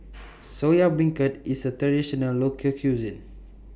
Soya Beancurd IS A Traditional Local Cuisine